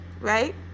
right